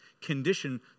condition